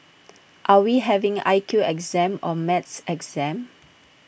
are we having I Q exam or maths exam